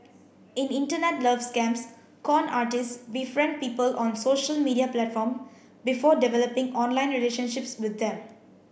in Internet love scams con artists befriend people on social media platform before developing online relationships with them